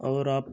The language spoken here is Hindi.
और आप